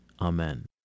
Amen